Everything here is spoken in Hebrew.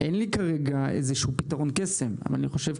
אין לי כרגע איזשהו פתרון קסם אבל אני חושב,